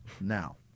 Now